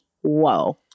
Whoa